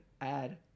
add